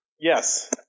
Yes